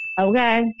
Okay